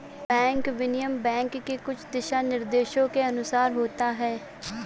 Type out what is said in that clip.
bank विनिमय bank के कुछ दिशानिर्देशों के अनुसार होता है